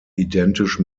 identisch